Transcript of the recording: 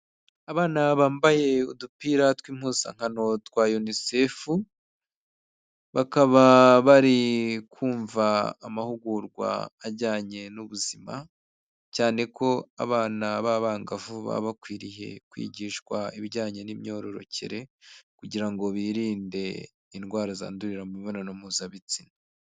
Abana bambaye udupira tw'impuzankano twa UNICEF, bakaba bari kumva amahugurwa ajyanye n'ubuzima, cyane ko abana b'abangavu baba bakwiriye kwigishwa ibijyanye n'imyororokere kugira ngo birinde indwara zandurira mu mibonano mpuzabitsina.